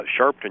Sharpton